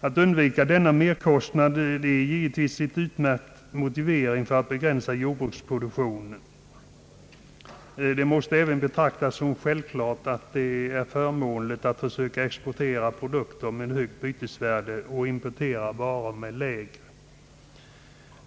Att undvika denna merkostnad är givetvis en utmärkt motivering för att begränsa jordbruksproduktionen. Det måste även betraktas som självklart att det är för månligt att försöka exportera produkter med högt bytesvärde och importera varor med lägre.